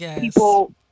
people